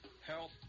health